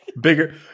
Bigger